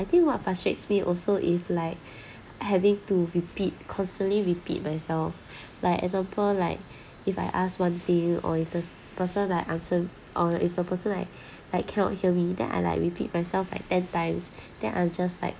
I think what frustrates me also if like having to repeat constantly repeat myself like example like if I ask one thing or if the person like answer or if the person like I cannot hear me then I like repeat myself like ten times then I'm just like